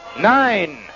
Nine